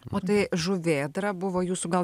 o tai žuvėdra buvo jūsų gal